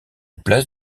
place